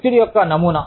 ఒత్తిడి యొక్క నమూనా